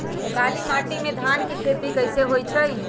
काली माटी में धान के खेती कईसे होइ छइ?